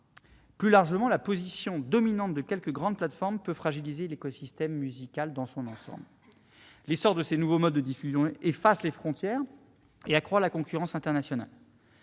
Plus largement, la position dominante de quelques grandes plateformes peut fragiliser l'écosystème musical dans son ensemble. L'essor de ces nouveaux modes de diffusion efface les frontières et accroît la concurrence internationale.